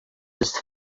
his